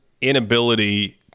inability